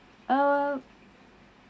uh